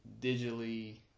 digitally